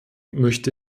möchte